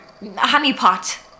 Honeypot